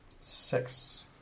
Six